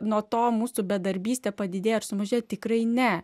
nuo to mūsų bedarbystė padidėjo ar sumažėjo tikrai ne